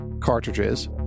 cartridges